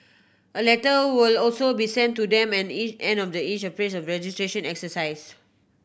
a letter will also be sent to them end E end of the each phase registration exercise